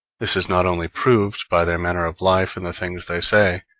this is not only proved by their manner of life and the things they say,